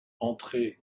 entrer